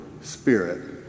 Spirit